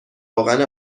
روغن